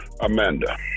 amanda